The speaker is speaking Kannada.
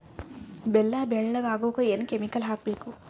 ಬೆಲ್ಲ ಬೆಳಗ ಆಗೋಕ ಏನ್ ಕೆಮಿಕಲ್ ಹಾಕ್ಬೇಕು?